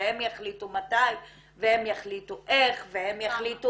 והם יחליטו מתי והם יחליטו כמה.